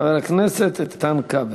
חבר הכנסת איתן כבל.